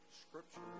scripture